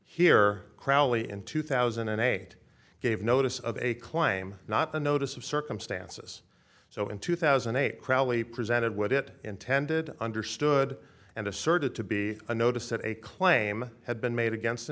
here crowley in two thousand and eight gave notice of a claim not the notice of circumstances so in two thousand and eight crowley presented what it intended understood and asserted to be a notice that a claim had been made against